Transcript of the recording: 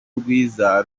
rwiza